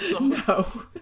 No